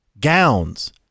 gowns